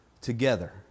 together